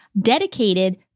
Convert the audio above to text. dedicated